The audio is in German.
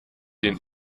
den